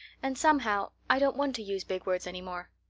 and somehow i don't want to use big words any more.